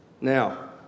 Now